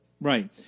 Right